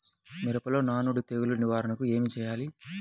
మిరపలో నానుడి తెగులు నివారణకు ఏమి చేయాలి?